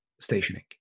stationing